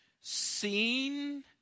seen